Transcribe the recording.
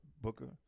Booker